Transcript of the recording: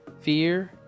fear